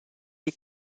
die